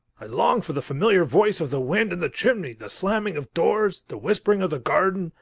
i long for the familiar voice of the wind in the chimney, the slamming of doors, the whispering of the garden,